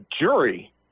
jury